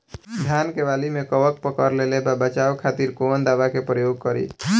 धान के वाली में कवक पकड़ लेले बा बचाव खातिर कोवन दावा के प्रयोग करी?